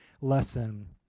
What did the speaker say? lesson